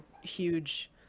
huge